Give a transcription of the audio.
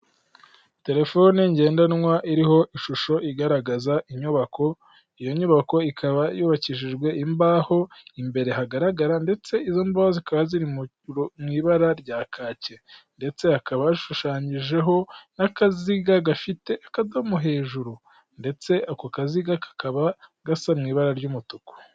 Telefoni ngendanwa iriho ishusho igaragaza inyubako, iyo nyubako ikaba yubakishijwe imbaho, imbere hagaragara ndetse izo mbaho zikaba ziri mu ibara rya kake, ndetse hakaba yashushanyijeho n'akaziga gafite akadomo hejuru ndetse ako kaziga kakaba gasa mu ibara ry'umutuku.